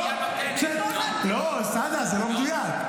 לא, לא, נהפוך הוא.